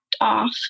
off